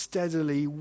Steadily